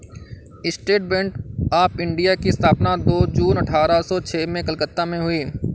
state Bank of India की स्थापना दो जून अठारह सो छह में कलकत्ता में हुई